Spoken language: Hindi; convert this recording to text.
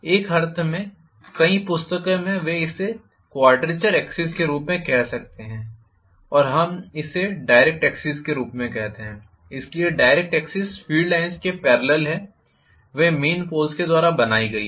एक अर्थ में कई पुस्तकों में वे इसे क्वाड्रेचर एक्सिस के रूप में कह सकते हैं और हम इसे डायरेक्ट एक्सिस के रूप में कहते हैं इसलिए डायरेक्ट एक्सिस फील्ड लाइन्स के पेरलल है वे मेन पोल्स के द्वारा बनाई गई हैं